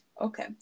Okay